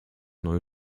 neue